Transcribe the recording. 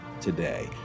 today